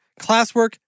classwork